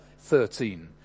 13